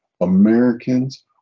Americans